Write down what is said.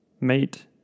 mate